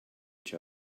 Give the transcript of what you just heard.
each